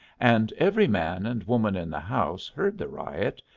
and every man and woman in the house heard the riot,